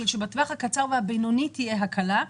שבשביל שבטווח הקצר והבינוני תהיה הקלה.